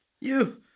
You-